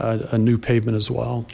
a new pavement as well